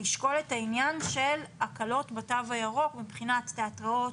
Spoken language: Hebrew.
לשקול את העניין של הקלות בתו הירוק מבחינת תיאטראות,